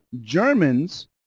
Germans